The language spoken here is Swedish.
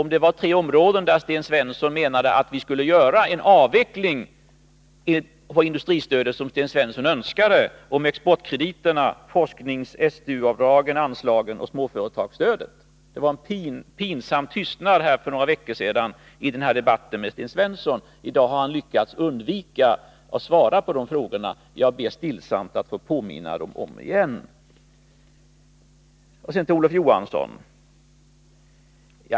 Det var tre områden, där Sten Svensson menade att vi skulle avveckla stödet. Det gällde exportkrediterna, STU anslagen och småföretagsstödet. Det var en pinsam tystnad här för några veckor sedan i debatten med Sten Svensson. I dag har han lyckats undvika att svara på de frågorna. Jag ber stillsamt att få påminna om dem igen. Sedan till Olof Johansson!